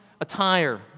attire